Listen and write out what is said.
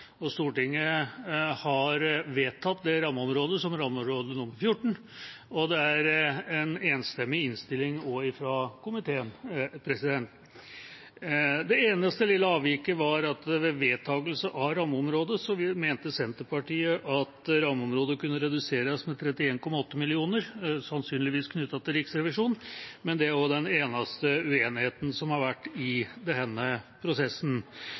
for Stortinget, og Stortinget har vedtatt det rammeområdet som rammeområde 14. Det er også en enstemmig innstilling fra komiteen. Det eneste lille avviket var at ved vedtakelse av rammeområdet mente Senterpartiet at rammeområdet kunne reduseres med 31,8 mill. kr, sannsynligvis knyttet til Riksrevisjonen, men det er også den eneste uenigheten som har vært i denne prosessen.